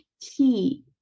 key